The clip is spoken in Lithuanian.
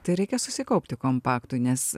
tai reikia susikaupti kompaktui nes